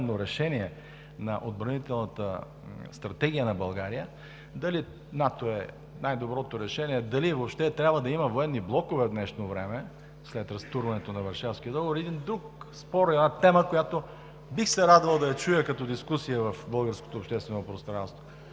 за отбранителната стратегия на България – дали НАТО е най-доброто решение, дали въобще трябва да има военни блокове в днешно време след разтурването на Варшавския договор или друг спор, е една тема, която бих се радвал да чуя като дискусия в българското обществено пространство.